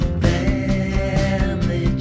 family